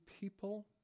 people